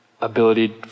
ability